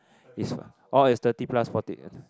is orh it's thirty plus forty